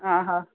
हा हा